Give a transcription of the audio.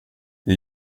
det